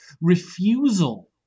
refusal